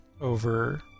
over